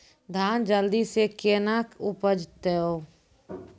धान जल्दी से के ना उपज तो?